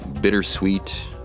bittersweet